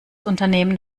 unternehmen